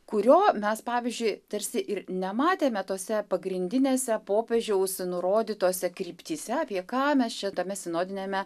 kurio mes pavyzdžiui tarsi ir nematėme tose pagrindinėse popiežiaus nurodytose kryptyse apie ką mes čia tame sinodiniame